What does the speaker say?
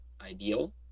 ideal